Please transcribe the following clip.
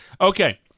Okay